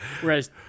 whereas